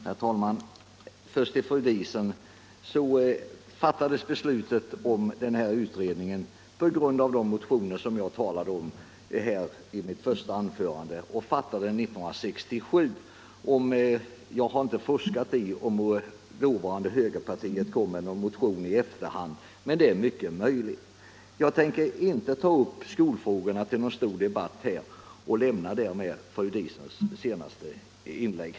Herr talman! Först till fru Diesen: Beslutet om den här utredningen fattades 1967 på grund av de motioner som jag talade om i mitt första anförande. Jag har inte forskat i om dåvarande högerpartiet kom med någon motion i efterhand, men det är mycket möjligt. Jag tänker inte ta upp skolfrågorna till någon stor debatt här och lämnar därmed fru Diesens senaste inlägg.